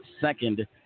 second